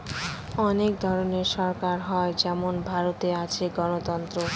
অনেক ধরনের সরকার হয় যেমন ভারতে আছে গণতন্ত্র